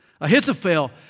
Ahithophel